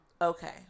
Okay